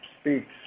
speaks